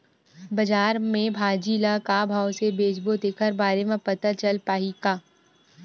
बजार में भाजी ल का भाव से बेचबो तेखर बारे में पता चल पाही का?